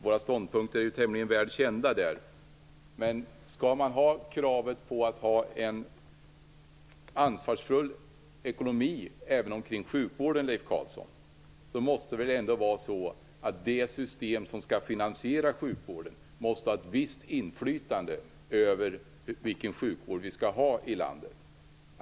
Våra ståndpunkter är där tämligen väl kända. Men skall man ha kravet på en ansvarsfull ekonomi även för sjukvården, Leif Carlson, måste väl ändå det system som skall finansiera sjukvården ha ett visst inflytande över vilken sjukvård vi skall ha i landet.